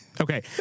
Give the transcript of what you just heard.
Okay